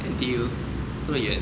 N_T_U 这么远